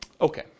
Okay